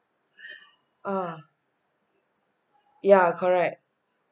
uh ya correct